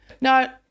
No